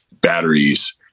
batteries